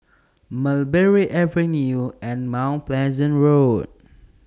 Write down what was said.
Mulberry Avenue and Mount Pleasant Road